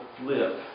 live